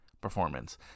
performance